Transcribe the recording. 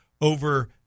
over –